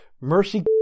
Mercy